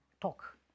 talk